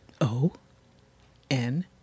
O-N